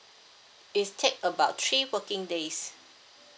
it's take about three working days